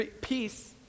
Peace